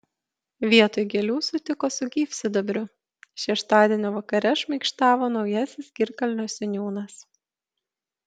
vietoj gėlių sutiko su gyvsidabriu šeštadienio vakare šmaikštavo naujasis girkalnio seniūnas